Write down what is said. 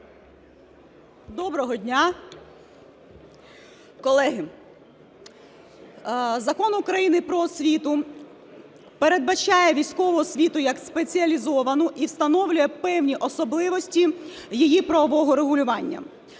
Доброго дня. Колеги, Закон України "Про освіту" передбачає військову освіту як спеціалізовану і встановлює певні особливості її правового регулювання.